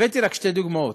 הבאתי רק שתי דוגמאות.